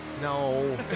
No